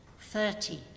Thirty